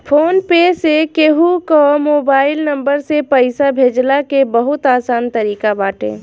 phone पे से केहू कअ मोबाइल नंबर से पईसा भेजला के बहुते आसान तरीका बाटे